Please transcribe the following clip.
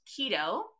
keto